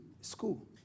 School